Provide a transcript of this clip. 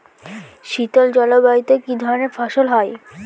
শীতল জলবায়ুতে কি ধরনের ফসল হয়?